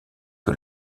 que